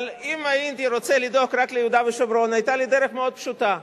אבל אם הייתי רוצה לדאוג רק ליהודה ושומרון היתה לי דרך מאוד פשוטה,